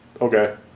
Okay